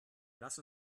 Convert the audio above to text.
lass